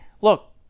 look